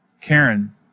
Karen